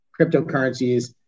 cryptocurrencies